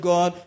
God